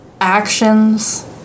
actions